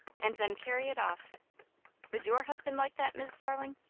and then carry it off was your husband like that, mis' starling?